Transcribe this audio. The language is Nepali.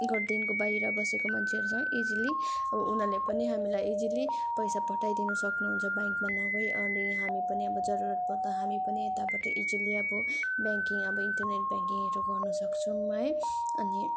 घरदेखिको बाहिर बसेको मान्छेहरूसँग इजिली अब उनीहरूले पनि हामीलाई इजिली पैसा पठाइदिनु सक्नुहुन्छ ब्याङ्कमा नगइ अनि हामी पनि अब जरुरत पर्दा हामी पनि यताबाट इजिली अब ब्याङ्किङ अब इन्टरनेट ब्याङ्किङहरू गर्नु सक्छौँ है अनि